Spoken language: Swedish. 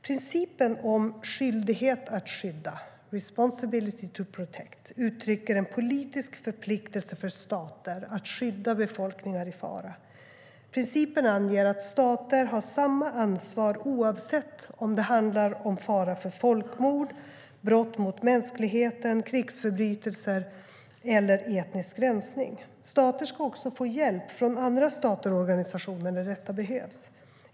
Principen om skyldighet att skydda, responsibility to protect, uttrycker en politisk förpliktelse för stater att skydda befolkningar i fara. Principen anger att stater har samma ansvar oavsett om det handlar om fara för folkmord, brott mot mänskligheten, krigsförbrytelser eller etnisk rensning. Stater ska också få hjälp från andra stater och organisationer när detta behövs.